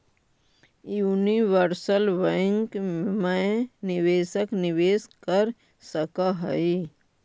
universal bank मैं निवेशक निवेश कर सकऽ हइ